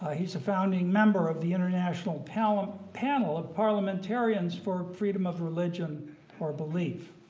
ah he is a founding member of the international panel of panel of parliamentarians for freedom of religion or belief.